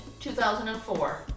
2004